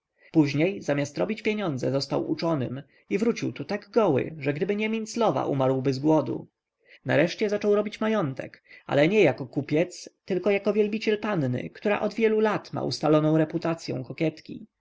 później zamiast robić pieniądze został uczonym i wrócił tu tak goły że gdyby nie minclowa umarłby z głodu nareszcie zaczął robić majątek ale nie jako kupiec tylko jako wielbiciel panny która od wielu lat ma ustaloną reputacyą kokietki